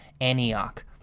Antioch